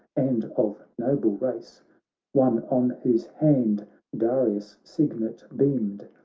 and of noble race one on whose hand darius' signet beamed,